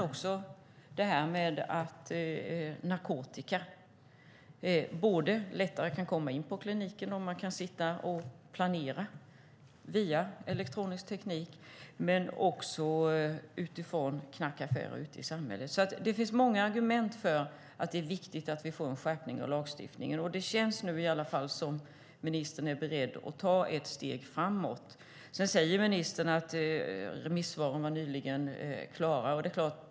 Också detta att narkotika lättare kan komma in på klinikerna och att man via elektronisk teknik kan planera knarkaffärer ute i samhället är ett bekymmer. Det finns alltså många argument för att det är viktigt att vi får en skärpning av lagstiftningen. Nu känns det i alla fall som att ministern är beredd att ta ett steg framåt. Ministern säger att remissvaren nyligen har kommit in.